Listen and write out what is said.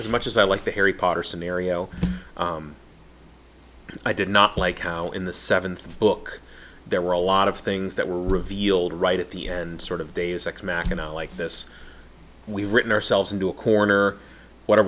as much as i like the harry potter scenario i did not like how in the seventh book there were a lot of things that were revealed right at the end sort of days like smack you know like this we've written ourselves into a corner what are